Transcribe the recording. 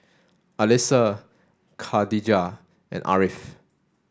Alyssa Khadija and Ariff